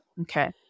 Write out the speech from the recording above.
Okay